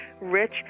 rich